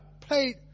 played